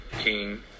King